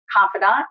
confidant